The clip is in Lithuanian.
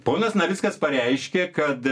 ponas navickas pareiškė kad